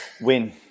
Win